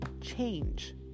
change